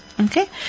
Okay